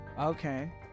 Okay